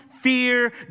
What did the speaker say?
fear